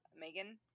megan